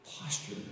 posture